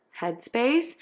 headspace